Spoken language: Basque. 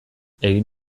egin